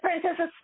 princess